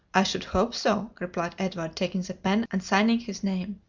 i should hope so, replied edward, taking the pen and signing his name.